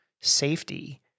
safety